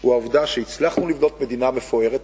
הוא העובדה שהצלחנו לבנות מדינה מפוארת,